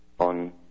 on